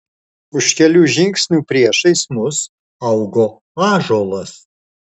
už kelių žingsnių priešais mus augo ąžuolas